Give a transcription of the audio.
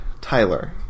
Tyler